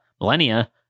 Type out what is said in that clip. millennia